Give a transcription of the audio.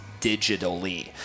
digitally